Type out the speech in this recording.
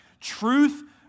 Truth